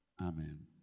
Amen